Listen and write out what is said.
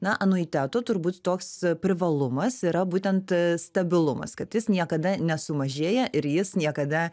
na anuiteto turbūt toks privalumas yra būtent stabilumas kad jis niekada nesumažėja ir jis niekada